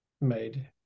made